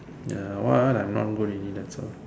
the what I'm not good in it that's all